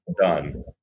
done